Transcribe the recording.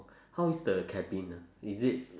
how is the cabin ah is it